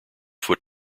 foot